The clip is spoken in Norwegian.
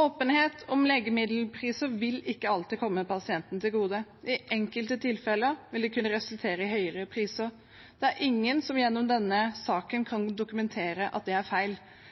Åpenhet om legemiddelpriser vil ikke alltid komme pasientene til gode. I enkelte tilfeller vil det kunne resultere i høyere priser. Det er ingen som gjennom denne saken kan dokumentere at det er feil.